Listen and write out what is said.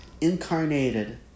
incarnated